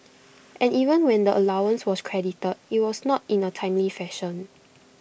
and even when the allowance was credited IT was not in A timely fashion